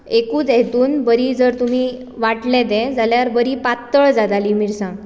एकूच हातूंत बरी जर तुमी वांटलें तें जाल्यार बरी पातळ जाताली मिरसांग